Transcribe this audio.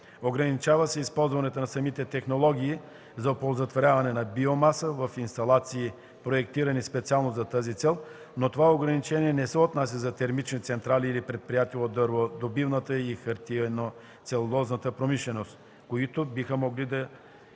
Ограничава се използването на самите технологии за оползотворяване на биомаса в инсталации, проектирани специално за тази цел, но това ограничение не се отнася за термични централи или предприятия от дърводобивната и хартиено-целулозната промишленост, които биха могли да изгарят